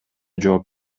жооп